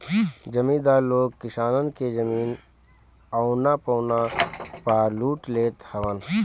जमीदार लोग किसानन के जमीन औना पौना पअ लूट लेत हवन